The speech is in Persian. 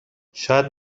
شاید